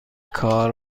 کار